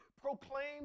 proclaim